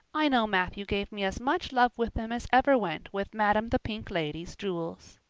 i know matthew gave me as much love with them as ever went with madame the pink lady's jewels.